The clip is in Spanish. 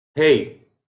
hey